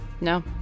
No